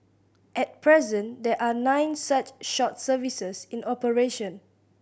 at present there are nine such short services in operation